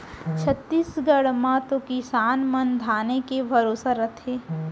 छत्तीसगढ़ म तो किसान मन धाने के भरोसा रथें